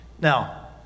Now